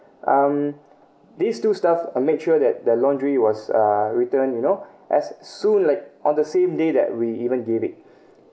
um these two staff uh made sure that the laundry was uh returned you know as soon like on the same day that we even gave it